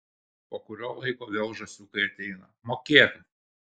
po kurio laiko vėl žąsiukai ateina mokėk